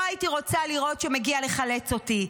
אותו הייתי רוצה לראות שמגיע לחלץ אותי,